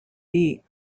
beat